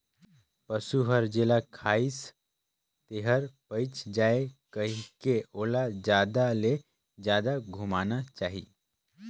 पसु हर जेला खाइसे तेहर पयच जाये कहिके ओला जादा ले जादा घुमाना चाही